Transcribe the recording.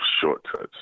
shortcuts